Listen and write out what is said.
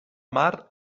mar